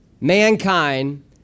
mankind